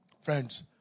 Friends